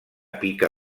pica